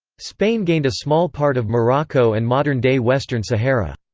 spain gained a small part of morocco and modern-day western sahara.